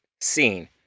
scene